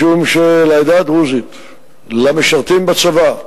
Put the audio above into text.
משום שהעדה הדרוזית, המשרתים בצבא,